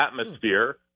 atmosphere